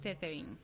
tethering